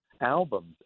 albums